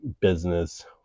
business